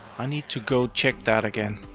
i need to go check that again.